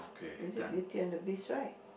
is it Beauty and the Beast right